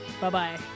Bye-bye